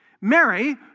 Mary